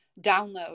download